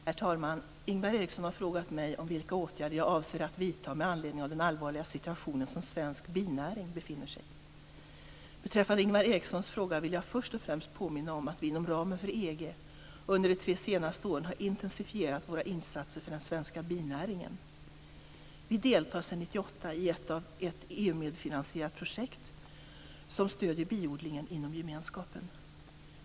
Herr talman! Ingvar Eriksson har frågat mig vilka åtgärder jag avser att vidta med anledning av den allvarliga situation som svensk binäring befinner sig i. Beträffande Ingvar Erikssons fråga vill jag först och främst påminna om att vi inom ramen för EG under de tre senaste åren har intensifierat våra insatser för den svenska binäringen. Vi deltar sedan 1998 i ett av EU medfinansierat projekt som stödjer biodlingen inom gemenskapen.